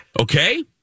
Okay